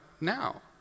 now